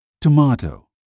Tomato